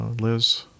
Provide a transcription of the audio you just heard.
Liz